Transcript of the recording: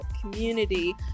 community